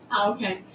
Okay